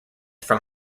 from